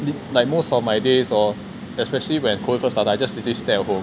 like most of my days hor especially when COVID first started I just literally stay at home